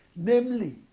namely,